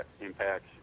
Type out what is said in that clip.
impacts